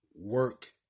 work